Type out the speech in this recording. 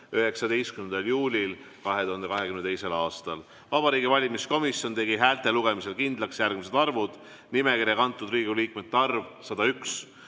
19. juulil 2022. aastal. Vabariigi Valimiskomisjon tegi häälte lugemisel kindlaks järgmised arvud: nimekirja kantud Riigikogu liikmete arv – 101,